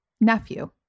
nephew